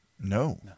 No